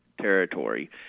territory